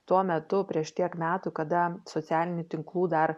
tuo metu prieš tiek metų kada socialinių tinklų dar